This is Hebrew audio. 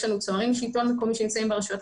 יש לנו צוערים בשלטון מקומי שנמצאים ברשויות.